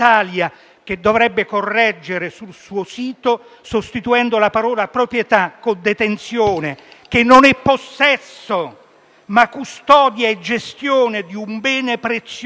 apportare una correzione sul suo sito, sostituendo la parola «proprietà» con «detenzione», che non è possesso, ma custodia e gestione di un bene prezioso,